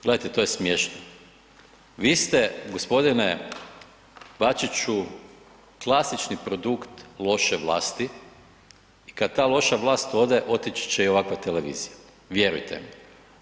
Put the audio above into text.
Gledajte, to je smiješno, vi ste g. Bačiću klasični produkt loše vlasti i kad ta loša vlast ode otići će i ovakva televizija, vjerujte mi.